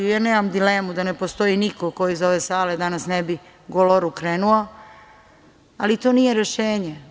Ja nemam dilemu da ne postoji niko ko iz ove sale danas ne bi goloruk krenuo, ali to nije rešenje.